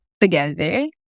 together